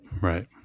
Right